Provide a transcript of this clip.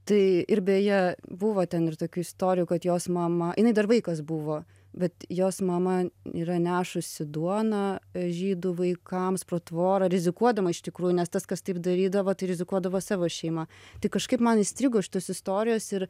tai ir beje buvo ten ir tokių istorijų kad jos mama jinai dar vaikas buvo bet jos mama yra nešusi duoną žydų vaikams pro tvorą rizikuodama iš tikrųjų nes tas kas taip darydavo tai rizikuodavo savo šeima tai kažkaip man įstrigo šitos istorijos ir